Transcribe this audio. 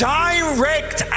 direct